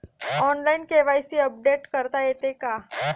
Online KYC update करता येते का?